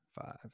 five